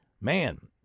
man